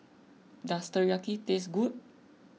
does Teriyaki taste good